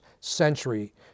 century